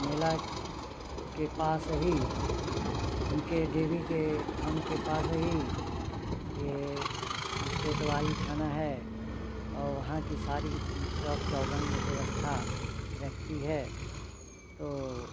मेले के पास ही उनके देवी के धाम के पास ही यह कोतवाली थाना है और वहाँ की सारी चौक चौबंद व्यवस्था रहती है और